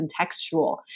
contextual